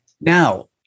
Now